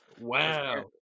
Wow